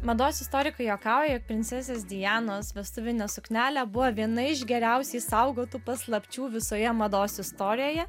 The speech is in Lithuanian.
mados istorikai juokauja jog princesės dianos vestuvinė suknelė buvo viena iš geriausiai saugotų paslapčių visoje mados istorijoje